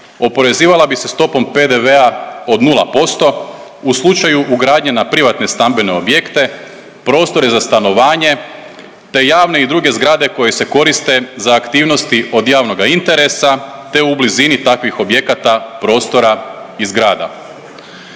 oporezivala bi se stopom PDV-a od 0% u slučaju ugradnje na privatne stambene objekte, prostore za stanovanje, te javne i druge zgrade koje se koriste za aktivnosti od javnoga interesa, te u blizini takvih objekata, prostora i zgrada.